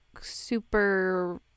super